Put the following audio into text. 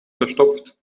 verstopft